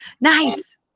Nice